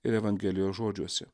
ir evangelijos žodžiuose